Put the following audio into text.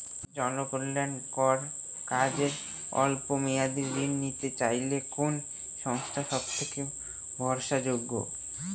জনকল্যাণকর কাজে অল্প মেয়াদী ঋণ নিতে চাইলে কোন সংস্থা সবথেকে ভরসাযোগ্য?